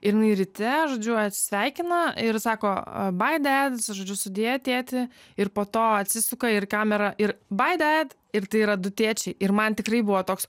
ir jinai ryte žodžiu atsisveikina ir sako bai ded sui žodžiu sudie tėti ir po to atsisuka ir kamera ir bai ded ir tai yra du tėčiai ir man tikrai buvo toks